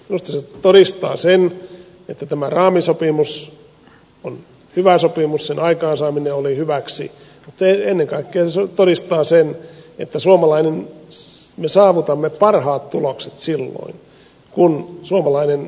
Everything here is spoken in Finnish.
minusta se todistaa sen että tämä raamisopimus on hyvä sopimus sen aikaansaaminen oli hyväksi mutta ennen kaikkea se todistaa sen että me saavutamme parhaat tulokset silloin kun suomalainen sopimusyhteiskunta toimii